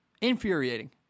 Infuriating